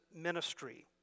ministry